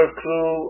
crew